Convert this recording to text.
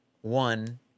one